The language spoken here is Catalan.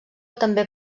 també